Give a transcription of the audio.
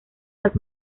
las